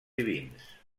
divins